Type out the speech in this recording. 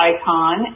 icon